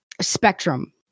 spectrum